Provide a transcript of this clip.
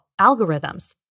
algorithms